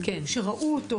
שהיו איתו,